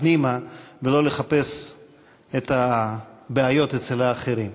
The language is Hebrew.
פנימה ולא לחפש את הבעיות אצל האחרים.